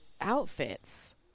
outfits